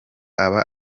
aba